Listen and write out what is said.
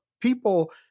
people